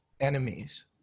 enemies